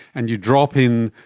and you drop in,